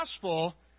gospel